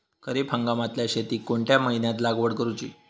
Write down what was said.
खरीप हंगामातल्या शेतीक कोणत्या महिन्यात लागवड करूची?